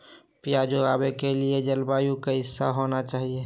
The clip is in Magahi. प्याज उगाने के लिए जलवायु कैसा होना चाहिए?